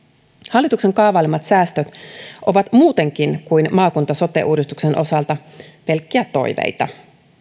hallituksen kaavailemat säästöt ovat muutenkin kuin maakunta sote uudistuksen osalta pelkkiä toiveita